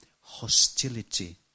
hostility